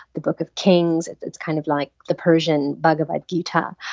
the book of kings, it's kind of like the persian bhagavad gita.